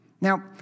Now